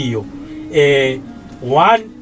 one